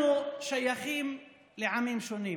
אנחנו שייכים לעמים שונים,